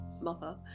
mother